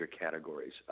categories